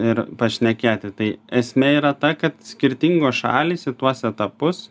ir pašnekėti tai esmė yra ta kad skirtingos šalys į tuos etapus